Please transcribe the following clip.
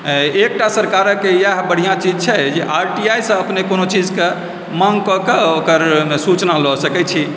एकटा सरकारके इएह बढ़िआँ चीज छै जे आरटीआईसँ अपने कोनो चीजकऽ माङ्ग कए कऽ ओकर सूचना लऽ सकै छी